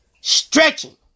Stretching